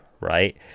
Right